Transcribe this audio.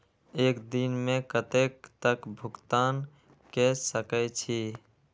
एक दिन में कतेक तक भुगतान कै सके छी